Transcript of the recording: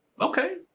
Okay